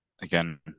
Again